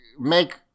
make